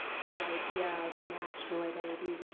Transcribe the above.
the idea of a national identity,